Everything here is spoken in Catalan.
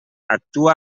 actua